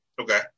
Okay